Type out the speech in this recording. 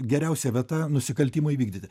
geriausia vieta nusikaltimui įvykdyti